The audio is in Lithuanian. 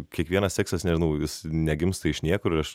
kiekvienas tekstas nežinau jis negimsta iš niekur aš